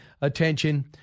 attention